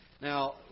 Now